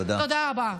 תודה רבה.